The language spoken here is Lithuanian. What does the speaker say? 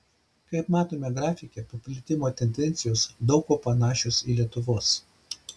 kaip matome grafike paplitimo tendencijos daug kuo panašios į lietuvos